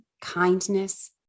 kindness